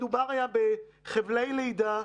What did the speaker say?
מדובר היה חבלי לידה,